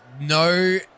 No